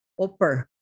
OPER